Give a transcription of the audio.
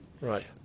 Right